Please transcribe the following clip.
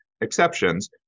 exceptions